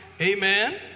Amen